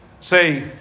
say